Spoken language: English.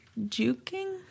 Juking